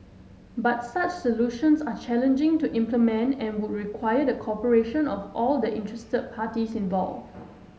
but such solutions are challenging to implement and would require the cooperation of all the interested parties involved